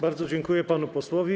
Bardzo dziękuję panu posłowi.